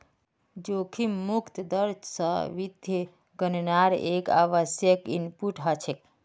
जोखिम मुक्त दर स वित्तीय गणनार एक आवश्यक इनपुट हछेक